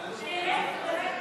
להביע אי-אמון